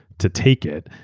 to take it.